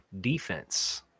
defense